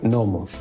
Normal